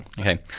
Okay